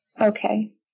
Okay